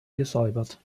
gesäubert